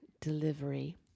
delivery